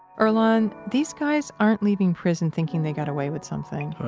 earlonne, these guys aren't leaving prison thinking they got away with something right